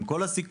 עם כל הסיכונים,